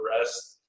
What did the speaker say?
rest